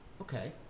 okay